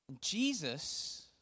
Jesus